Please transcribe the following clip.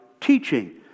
teaching